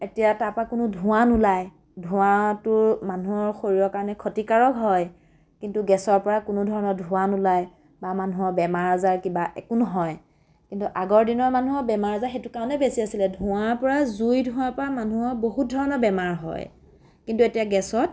এতিয়া তাৰ পৰা কোনো ধোঁৱা নোলায় ধোঁৱাটো মানুহৰ শৰীৰৰ কাৰণে ক্ষতিকাৰক হয় কিন্তু গেছৰ পৰা কোনো ধৰণৰ ধোঁৱা নোলায় বা মানুহৰ বেমাৰ আজাৰ কিবা একো নহয় কিন্তু আগৰ দিনৰ মানুহৰ বেমাৰ আজাৰ সেইটো কাৰণে বেছি আছিলে ধোঁৱাৰ পৰা জুইৰ ধোৱাৰ পৰা মানুহৰ বহুত ধৰণৰ বেমাৰ হয় কিন্তু এতিয়া গেছত